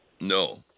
no